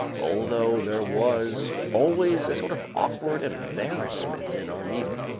although there was always a sort of awkward embarrassment in our meeting.